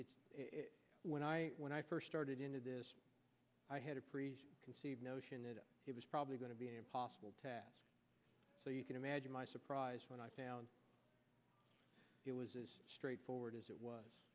when i when i first started into this i had a pre conceived notion that it was probably going to be impossible to so you can imagine my surprise when i found it was a straightforward as it was